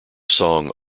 song